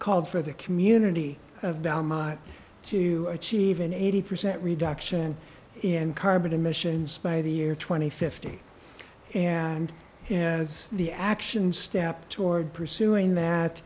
called for the community of belmont to achieve an eighty percent reduction in carbon emissions by the year two thousand and fifty and as the action step toward pursuing that